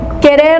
querer